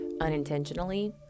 unintentionally